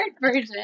version